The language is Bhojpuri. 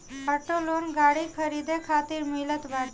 ऑटो लोन गाड़ी खरीदे खातिर मिलत बाटे